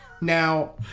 Now